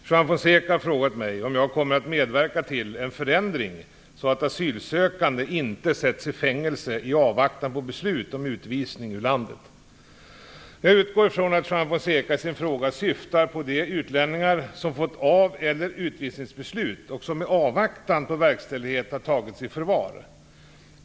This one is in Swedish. Fru talman! Juan Fonseca har frågat mig om jag kommer att medverka till en förändring så att asylsökande inte sätts i fängelse i avvaktan på beslut om utvisning ur landet. Jag utgår från att Juan Fonseca i sin fråga syftar på de utlänningar som fått av eller utvisningsbeslut, och som i avvaktan på verkställighet har tagits i förvar.